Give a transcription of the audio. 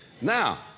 Now